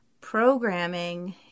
programming